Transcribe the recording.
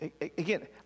Again